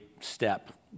step